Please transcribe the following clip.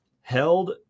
held